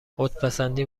خودپسندی